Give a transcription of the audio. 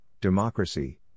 democracy